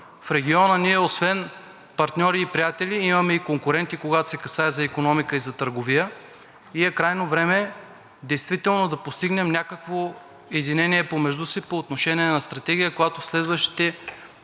В региона ние освен партньори и приятели имаме и конкуренти, когато се касае за икономика и за търговия и е крайно време действително да постигнем някакво единение помежду си по отношение на стратегия, която в следващите